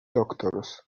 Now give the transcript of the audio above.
doctors